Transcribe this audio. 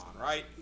right